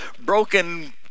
broken